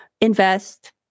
invest